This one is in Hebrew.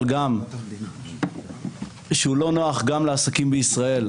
אבל גם שהוא לא נוח גם לעסקים בישראל,